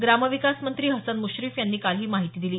ग्रामविकास मंत्री हसन मुश्रीफ यांनी काल ही माहिती दिली